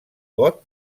got